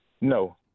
No